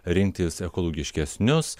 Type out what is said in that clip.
rinktis ekologiškesnius